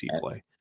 play